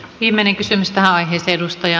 viimeinen kysymys tähän aiheeseen